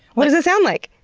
what does it sound like?